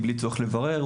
בלי צורך לברר.